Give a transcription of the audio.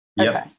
Okay